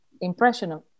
impression